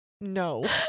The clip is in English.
No